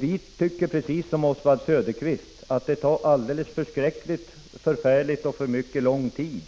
Vi tycker liksom Oswald Söderqvist att det tar alldeles för lång tid,